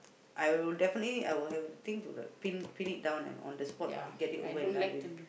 I will definitely I will have thing to like pin pin it down on the spot get it over and done with